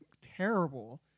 terrible